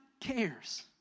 cares